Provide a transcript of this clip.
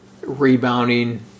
rebounding